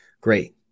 great